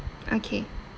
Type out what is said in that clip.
okay